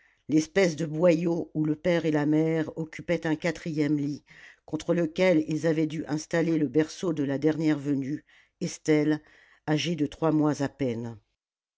l'espèce de boyau où le père et la mère occupaient un quatrième lit contre lequel ils avaient dû installer le berceau de la dernière venue estelle âgée de trois mois à peine